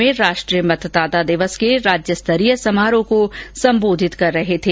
वे जयपुर में राष्ट्रीय मतदाता दिवस के राज्यस्तरीय समारोह को संबोधित कर रहे थे